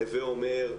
הווי אומר,